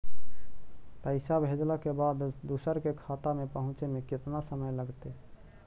पैसा भेजला के बाद दुसर के खाता में पहुँचे में केतना समय लगतइ?